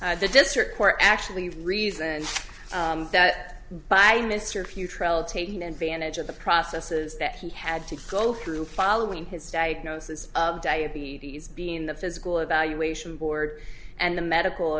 like the district court actually reasoned that by mr few trail taking advantage of the processes that he had to go through following his diagnosis of diabetes being the physical evaluation board and the medical